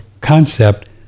concept